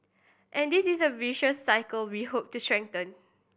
and this is the virtuous cycle we hope to strengthen